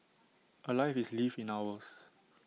A life is lived in hours